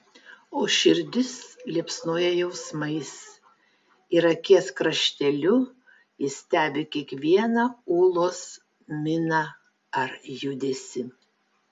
o širdis liepsnoja jausmais ir akies krašteliu jis stebi kiekvieną ūlos miną ar judesį